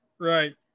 right